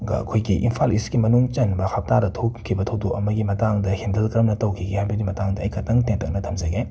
ꯒ ꯑꯩꯈꯣꯏꯒꯤ ꯏꯝꯐꯥꯜ ꯏꯁꯀꯤ ꯃꯅꯨꯡ ꯆꯟꯕ ꯍꯠꯇꯥꯗ ꯊꯣꯛꯈꯤꯕ ꯊꯧꯗꯣꯛ ꯑꯃꯒꯤ ꯃꯇꯥꯡꯗ ꯍꯟꯗꯜ ꯀꯔꯝꯅ ꯇꯧꯈꯤꯒꯦ ꯍꯥꯏꯕꯗꯨꯒꯤ ꯃꯇꯥꯡꯗ ꯑꯩ ꯈꯇꯪ ꯇꯦꯟꯇꯛꯅ ꯊꯝꯖꯒꯦ